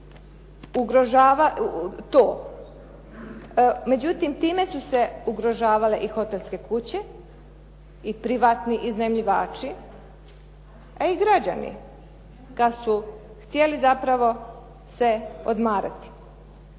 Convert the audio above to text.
Međutim, time su se ugrožavale i hotelske kuće i privatni iznajmljivači, a i građani kad su htjeli zapravo se odmarati.